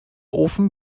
ofen